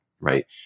right